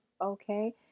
okay